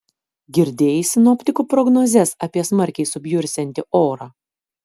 girdėjai sinoptikų prognozes apie smarkiai subjursiantį orą